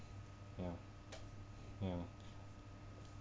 ya ya